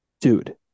Dude